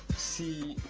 see